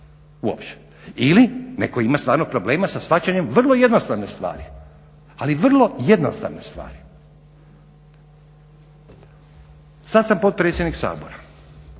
uopće ili netko ima stvarno problema sa shvaćanjem vrlo jednostavne stvari, ali vrlo jednostavne stvari. Sada sam potpredsjednik Sabora